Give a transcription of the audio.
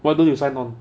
why don't you sign on